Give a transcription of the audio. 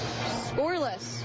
scoreless